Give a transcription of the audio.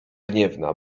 gniewna